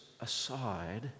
aside